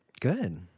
Good